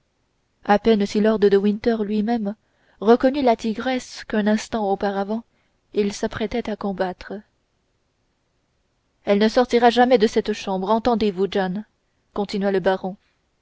à peine si lord de winter luimême reconnut la tigresse qu'un instant auparavant il s'apprêtait à combattre elle ne sortira jamais de cette chambre entendez-vous john continua le baron